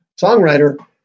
songwriter